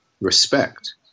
respect